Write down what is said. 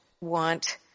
want